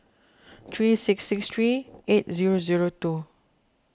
three six six three eight zero zero two